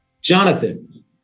Jonathan